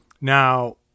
Now